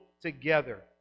together